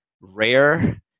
rare